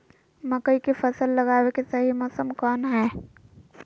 मकई के फसल लगावे के सही मौसम कौन हाय?